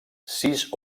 sis